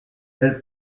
elle